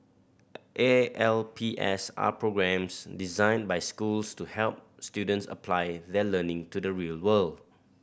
A L P S are programmes designed by schools to help students apply their learning to the real world